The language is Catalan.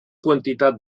quantitat